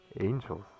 angels